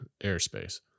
airspace